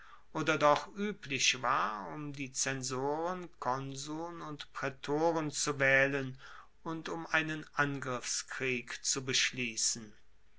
oder doch ueblich war um die zensoren konsuln und praetoren zu waehlen und um einen angriffskrieg zu beschliessen